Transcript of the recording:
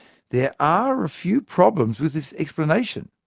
there are a few problems with this explanation.